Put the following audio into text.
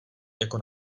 jako